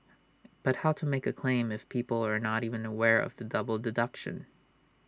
but how to make A claim if people are not even aware of the double deduction